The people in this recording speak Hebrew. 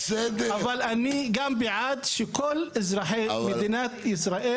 אבל אני בעד להנגיש את השירות לכל אזרחי מדינת ישראל.